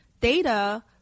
data